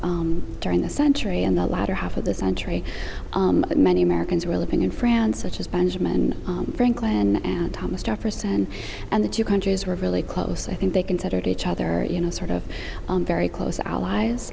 this during the century in the latter half of the century many americans were living in france such as benjamin franklin and thomas jefferson and the two countries were really close i think they considered each other you know sort of very close allies